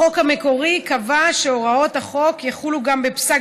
החוק המקורי קבע שהוראות החוק יחולו גם בפסק